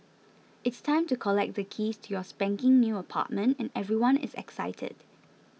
it's time to collect the keys to your spanking new apartment and everyone is excited